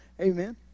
Amen